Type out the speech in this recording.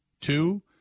Two